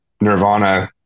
Nirvana